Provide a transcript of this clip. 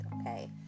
Okay